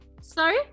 Sorry